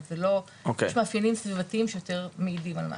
אבל יש מאפיינים סמויים שיותר מעידים על זה.